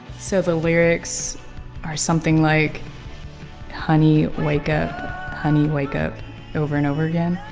so the lyrics are something like honey, wake up honey, wake up over and over again.